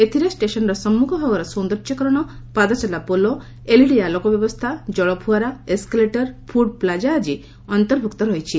ଏଥିରେ ଷେସନ୍ର ସମ୍ମୁଖ ଭାଗର ସୌଦର୍ଯ୍ୟକରଣ ପାଦଚଲା ପୋଲ ଏଲ୍ଇଡି ଆଲୋକ ବ୍ୟବସ୍ଚା ଜଳ ଫୁଆରା ଏସ୍କାଲେଟର ଫୁଡ୍ ପ୍ଲାକା ଆଦି ଅନ୍ତଭୁକ୍ତ ରହିଛି